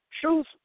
Truth